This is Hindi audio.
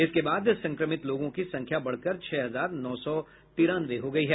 जिसके बाद संक्रमित लोगों की संख्या बढकर छह हजार नौ सौ तिरानवे हो गयी है